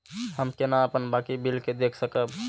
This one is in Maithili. हम केना अपन बाकी बिल के देख सकब?